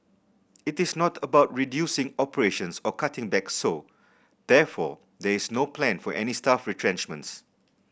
it is not about reducing operations or cutting back so therefore there is no plan for any staff retrenchments